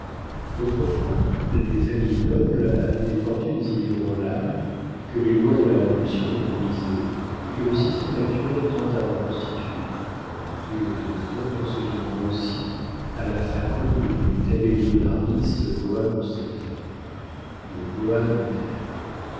autrefois les familles nobles avaient des fortunes inébranlables que les lois de la révolution ont brisées et que le système actuel tend à reconstituer reprit le vieux notaire en se livrant aussi à la faconde du tabellionaris boa constrictor le boa notaire